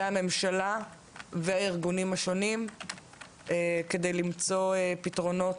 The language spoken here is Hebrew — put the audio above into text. הממשלה והארגונים השונים כדי למצוא פתרונות,